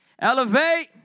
elevate